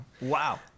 Wow